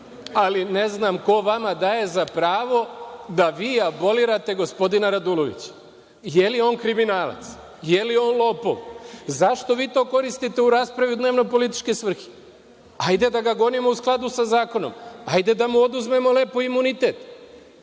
ali ne znam ko vama daje za pravo da vi abolirate gospodina Radulovića. Da li je on kriminalac? Da li je on lopov? Zašto vi to koristite u raspravi u dnevno-političke svrhe? Hajde, da ga gonimo u skladu sa zakonom. Hajde, da mu oduzmemo lepo imunitet.